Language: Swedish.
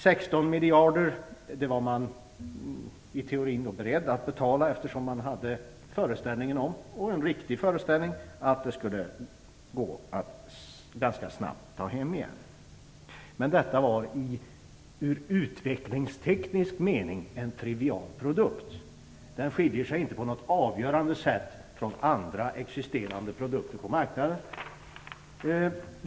16 miljarder var vad man i teorin var beredd att betala, eftersom man hade föreställningen om, en riktig sådan, att det skulle gå att ganska snabbt ta hem igen. Men detta var i utvecklingsteknisk mening en trivial produkt. Den skiljer sig inte på något avgörande sätt från andra existerande produkter på marknaden.